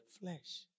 Flesh